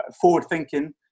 forward-thinking